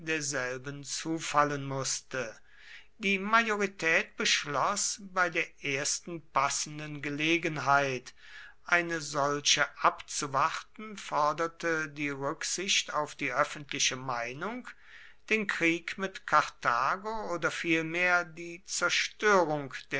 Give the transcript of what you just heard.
derselben zufallen mußte die majorität beschloß bei der ersten passenden gelegenheit eine solche abzuwarten forderte die rücksicht auf die öffentliche meinung den krieg mit karthago oder vielmehr die zerstörung